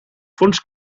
fons